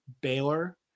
Baylor